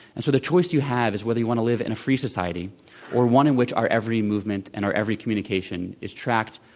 and so, the choice you have is whether you want to live in a free society or one in which our every movement and our every communication is tracked,